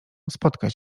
spotkać